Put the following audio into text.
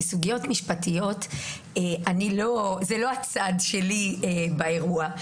אלה סוגיות משפטיות הן לא הצד שלי באירוע.